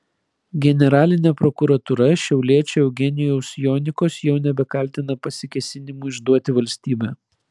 generalinė prokuratūra šiauliečio eugenijaus jonikos jau nebekaltina pasikėsinimu išduoti valstybę